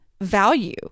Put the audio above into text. value